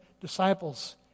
disciples